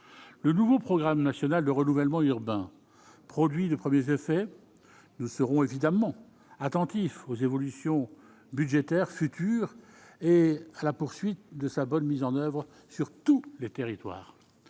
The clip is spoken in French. le nouveau programme national de renouvellement urbain produit de premiers effets, nous serons évidemment attentifs aux évolutions budgétaires futures et à la poursuite de sa bonne mise en oeuvre sur tous les territoires